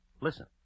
Listen